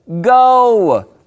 Go